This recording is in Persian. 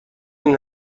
این